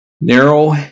Narrow